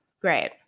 great